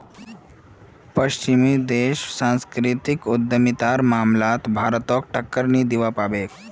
पश्चिमी देश सांस्कृतिक उद्यमितार मामलात भारतक टक्कर नी दीबा पा तेक